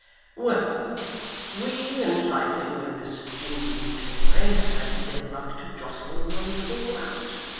well we, in trifling with this jingling toy, have had the ill-luck to jostle and fall out.